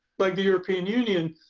like the european union,